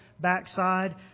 backside